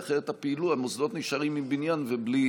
אחרת המוסדות נשארים עם בניין ובלי